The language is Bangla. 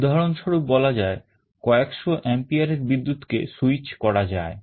উদাহরণস্বরূপ বলা যায় কয়েকশো ampere এর বিদ্যুৎকে switch করা যায়